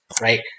right